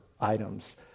items